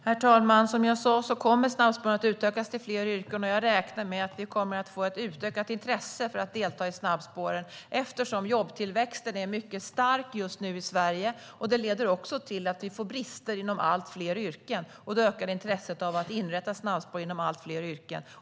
Herr talman! Som jag sa kommer snabbspåren att utökas till fler yrken. Jag räknar med att vi kommer att få ett utökat intresse för att delta i snabbspåren, eftersom jobbtillväxten i Sverige just nu är mycket stark, vilket också leder till att vi får brist inom allt fler yrken. Då ökar intresset för att inrätta snabbspår inom allt fler yrken.